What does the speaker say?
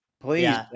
Please